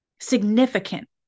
significant